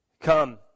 Come